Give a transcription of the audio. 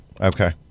Okay